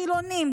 חילונים,